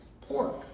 pork